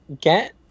get